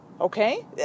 okay